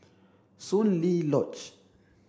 Soon Lee Lodge